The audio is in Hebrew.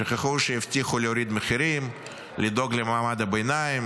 שכחו שהבטיחו להוריד מחירים, לדאוג למעמד הביניים,